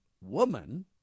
woman